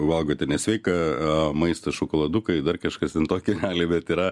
valgo ten nesveiką maistą šokoladukai dar kažkas ten tokį realiai bet yra